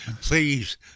please